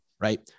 right